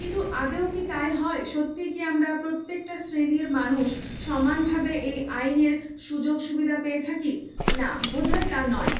কিন্তু আদৌ কি তাই হয় সত্যিই কি আমরা প্রত্যেকটা শ্রেণীর মানুষ সমানভাবে এই আইনের সুযোগ সুবিধা পেয়ে থাকি না বোধহয় তা নয়